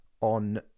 on